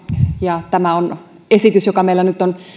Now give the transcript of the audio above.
ja tämä on esitys joka meillä nyt on